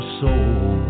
soul